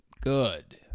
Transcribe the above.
good